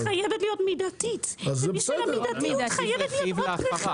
אבל ההגדלה הזאת צריכה להיות מידתית ובשביל המידתיות חייב להיות רכיב.